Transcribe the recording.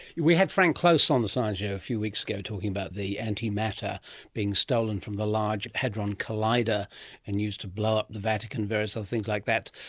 we had frank close on the science show a few weeks ago talking about the antimatter being stolen from the large hadron collider and used to blow up the vatican and various so things like that.